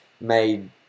made